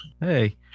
Hey